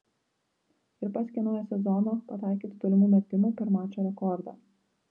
ir pasiekė naują sezono pataikytų tolimų metimų per mačą rekordą